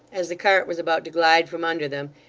as the cart was about to glide from under them,